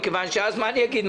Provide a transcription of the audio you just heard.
מכיוון שאז מה אני אגיד?